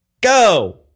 go